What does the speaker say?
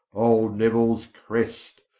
old neuils crest,